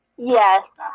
Yes